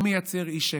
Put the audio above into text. הוא מייצר אי-שקט,